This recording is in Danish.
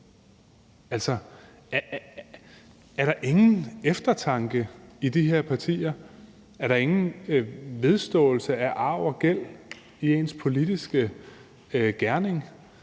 Er der ingen eftertanke i de her partier, er der ingen vedståelse af arv og gæld i ens politiske gerning?